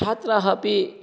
छात्राः अपि